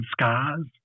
scars